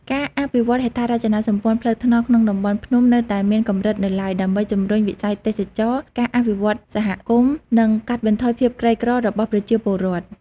ការអភិវឌ្ឍហេដ្ឋារចនាសម្ព័ន្ធផ្លូវថ្នល់ក្នុងតំបន់ភ្នំនៅតែមានកម្រិតនៅឡើយ ដើម្បីជំរុញវិស័យទេសចរណ៍ ការអភិវឌ្ឍន៍សហគមន៍ និងកាត់បន្ថយភាពក្រីក្ររបស់ប្រជាពលរដ្ឋ។